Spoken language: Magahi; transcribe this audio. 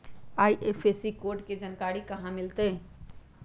आई.एफ.एस.सी कोड के जानकारी कहा मिलतई